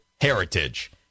heritage